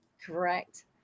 Correct